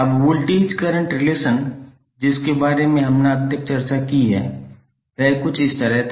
अब voltage current relation जिसके बारे में हमने अब तक चर्चा की है वह कुछ इस तरह था